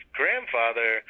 grandfather